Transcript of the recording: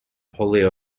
polio